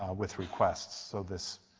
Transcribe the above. with request. so this